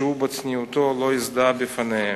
והוא, בצניעותו, לא הזדהה בפניהם.